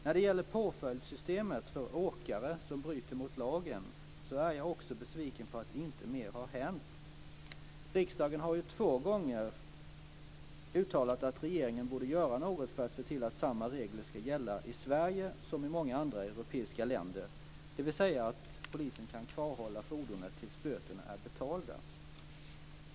När det gäller påföljdssystemet för åkare som bryter mot lagen är jag också besviken på att inte mer har hänt. Riksdagen har ju två gånger uttalat att regeringen borde göra något för att se till att samma regler ska gälla i Sverige som i många andra europeiska länder, dvs. att polisen kan kvarhålla fordonet tills böterna är betalda.